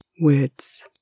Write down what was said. words